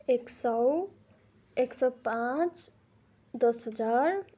एक सय एक सय पाँच दस हजार